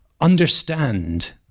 understand